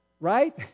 right